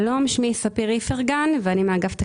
שיא כוח אדם בתקן 125.5. פנייה 165, 166, מי בעד?